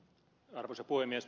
arvoisa puhemies